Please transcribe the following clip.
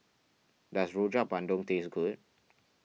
does Rojak Bandung taste good